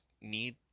need